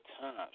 times